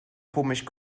komisch